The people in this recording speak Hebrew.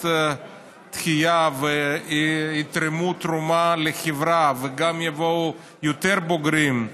דחייה יתרמו תרומה לחברה וגם יבואו יותר בוגרים.